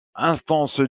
instance